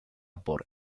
por